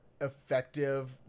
effective